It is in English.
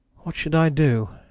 what should i do?